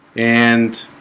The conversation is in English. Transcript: and